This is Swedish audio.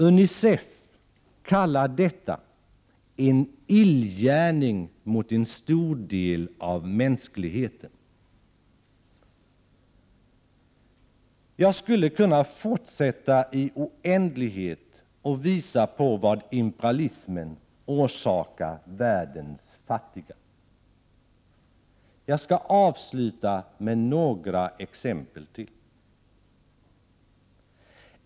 UNICEF kallar detta ”en illgärning mot en stor del av mänskligheten”. Jag skulle kunna fortsätta i oändlighet och visa på vad imperialismen orsakar världens fattiga. Jag skall avsluta med några exempel till.